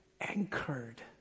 anchored